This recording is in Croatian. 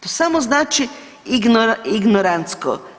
To samo znači ignorantsko.